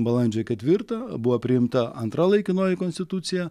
balandžio ketvirtą buvo priimta antra laikinoji konstitucija